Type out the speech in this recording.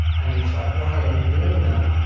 and you're just like, why are you doing that?